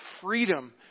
freedom